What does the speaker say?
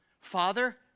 Father